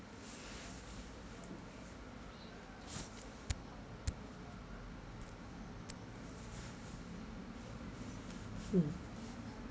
mm